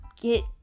get